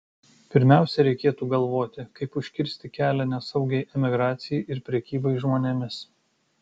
pirmiausia reikėtų galvoti kaip užkirsti kelią nesaugiai emigracijai ir prekybai žmonėmis